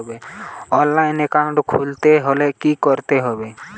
অনলাইনে একাউন্ট খুলতে হলে কি করতে হবে?